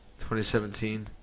2017